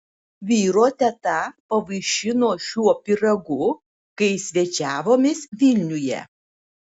vyro teta pavaišino šiuo pyragu kai svečiavomės vilniuje